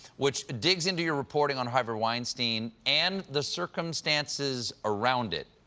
which digs into your reporting on harvey weinstein and the circumstances around it.